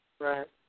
Right